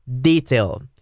detail